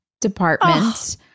department